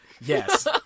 Yes